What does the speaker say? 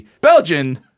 Belgian